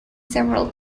several